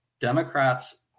Democrats